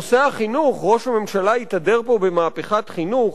נושא החינוך, ראש הממשלה התהדר פה במהפכת החינוך,